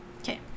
Okay